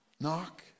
Knock